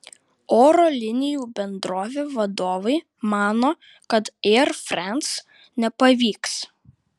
oro linijų bendrovė vadovai mano kad air france nepavyks